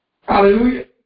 Hallelujah